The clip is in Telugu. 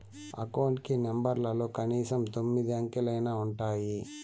అకౌంట్ కి నెంబర్లలో కనీసం తొమ్మిది అంకెలైనా ఉంటాయి